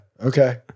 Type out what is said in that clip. okay